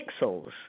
pixels